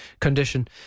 condition